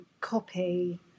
copy